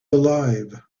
alive